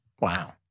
Wow